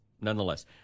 nonetheless